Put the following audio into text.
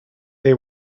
they